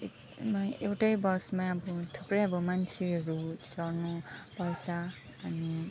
एकमै एउटै बसमा अब थुप्रै अब मान्छेहरू चढ्नु पर्छ अनि